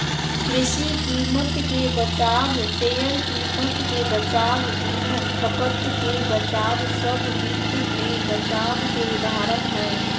कृषि कीमत के बचाव, शेयर कीमत के बचाव, ईंधन खपत के बचाव सब वित्त मे बचाव के उदाहरण हय